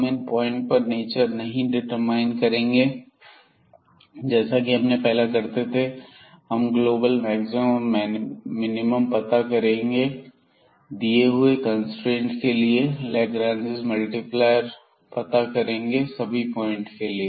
हम इन पॉइंट का नेचर नहीं डिटरमाइंड करेंगे जैसा कि हम पहले किया करते थे तो हम ग्लोबल मैक्सिमम और मिनिमम पता करेंगे दिए हुए कंस्ट्रेंट के लिए और लाग्रांज मल्टीप्लायर पता करेंगे सभी पॉइंट के लिए